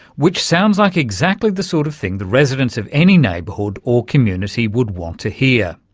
which sounds like exactly the sort of thing the residents of any neighbourhood or community would want to hear.